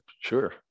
sure